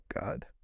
God